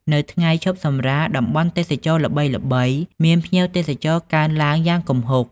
នៅថ្ងៃឈប់សម្រាក តំបន់ទេសចរណ៍ល្បីៗមានភ្ញៀវទេសចរណ៍កើនឡើងយ៉ាងគំហុក។